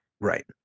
right